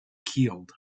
keeled